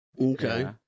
okay